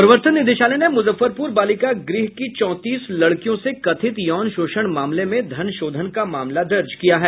प्रवर्तन निदेशालय ने मुजफ्फरपुर बालिका गृह की चौंतीस लड़कियों से कथित यौन शोषण मामले में धनशोधन का मामला दर्ज किया है